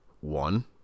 One